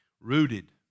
Rooted